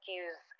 use